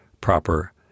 proper